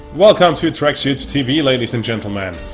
welcome to tracksuittv ladies and gentlemen.